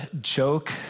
joke